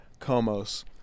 Comos